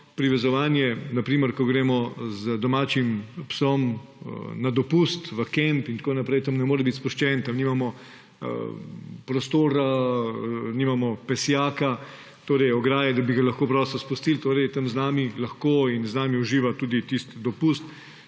privezovanje na primer, ko gremo z domačim psom na dopust v kamp in tako naprej, tam ne more biti spuščen, tam nimamo prostora, nimamo pesjaka, torej ograje, da bi ga lahko prosto spustili, torej je tam z nami lahko in z nami uživa tudi tisti dopust